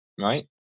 right